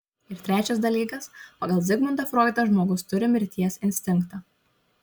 ir trečias dalykas pagal zigmundą froidą žmogus turi mirties instinktą